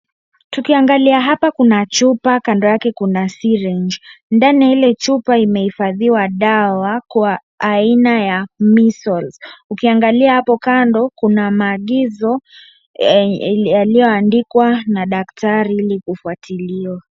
Tukiangalia hapa kuna chupa, kando yake kuna syringe . Ndani ya ile chupa imehifadhiwa dawa kwa aina ya Measles . Ukiangalia hapo kando, kuna maagizo yaliyoandikwa na daktari ili kufuatiliwa.